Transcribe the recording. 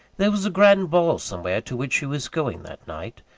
there was a grand ball somewhere, to which she was going that night.